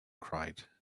cried